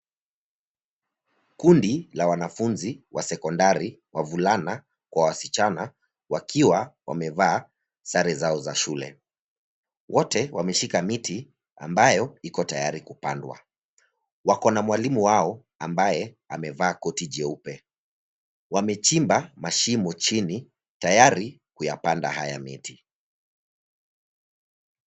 Kundi la wanafunzi la sekondari, wavulana kwa wasichana, wakiwa wamevaa sare zao za shule. Wote wameshika miti ambayo iko tayari kupandwa. Wako na mwalimu wao ambaye amevaa koti jeupe. Wamechimba mashimo chini tayari kuyapanda haya miti.